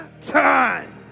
time